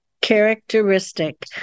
characteristic